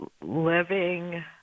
living